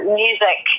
music